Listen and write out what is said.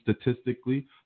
statistically